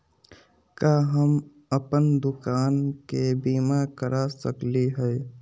का हम अप्पन दुकान के बीमा करा सकली हई?